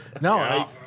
No